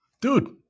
Dude